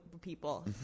people